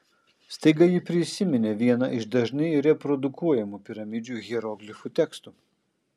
staiga ji prisiminė vieną iš dažnai reprodukuojamų piramidžių hieroglifų tekstų